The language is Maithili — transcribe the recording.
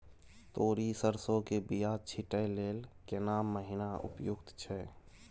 तोरी, सरसो के बीया छींटै लेल केना महीना उपयुक्त छै?